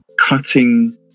cutting